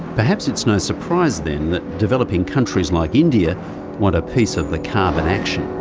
perhaps it's no surprise, then, that developing countries like india want a piece of the carbon action.